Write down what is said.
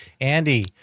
Andy